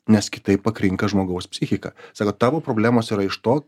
nes kitaip pakrinka žmogaus psichika sako tavo problemos yra iš to